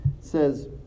says